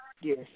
yes